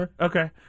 Okay